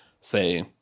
say